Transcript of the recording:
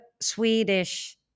swedish